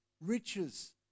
Riches